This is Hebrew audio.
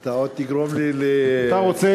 אתה עוד תגרום לי להפוך אותה,